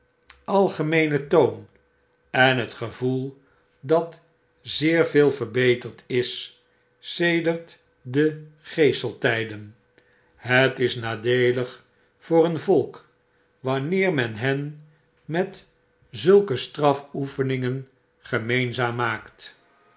algemeenen toon en het gevoei dat zeer veel verbeterd is sedert de geeseltijden het is nadeelig voor een volk wanneer men hen met zulke strafoefeningen gemeenzaam